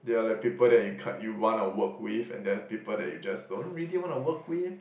they are like people that you ca~ you wanna work with and there are people that you just don't really wanna work with